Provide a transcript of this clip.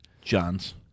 John's